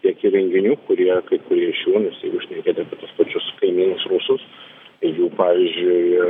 tiek įrenginių kurie kai kurie iš jų nes jeigu šnekėt apie tuos pačius kaimynus rusus tai jų pavyzdžiui